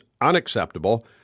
unacceptable